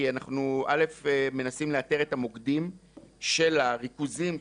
כי אנחנו קודם כל מנסים לאתר את המוקדים של הריכוזים.